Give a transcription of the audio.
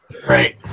Right